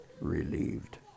relieved